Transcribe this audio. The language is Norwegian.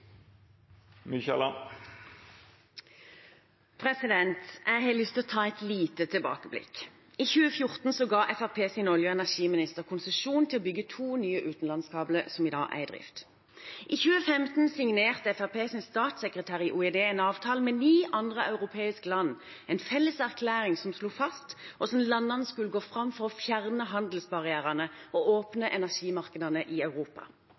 Jeg har lyst til å ta et lite tilbakeblikk. I 2014 ga Fremskrittspartiets olje- og energiminister konsesjon til å bygge to nye utenlandskabler, som i dag er i drift. I 2015 signerte Fremskrittspartiets statssekretær i Olje- og energidepartementet en avtale med ni andre europeiske land – en felles erklæring som slo fast hvordan landene skulle gå fram for å fjerne handelsbarrierene og åpne energimarkedene i Europa.